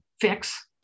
fix